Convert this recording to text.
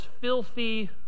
filthy